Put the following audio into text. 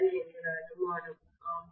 இது எங்கள் அனுமானம்